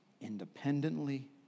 independently